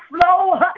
flow